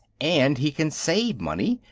and he can save money,